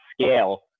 scale